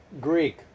Greek